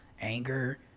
anger